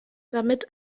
damit